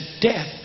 death